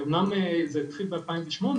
אמנם זה התחיל ב-2008,